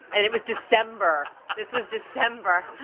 and it was december. this was december.